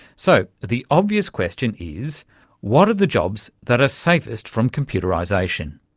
so, the obvious question is what are the jobs that are safest from computerisation?